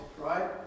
right